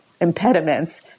impediments